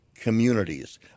Communities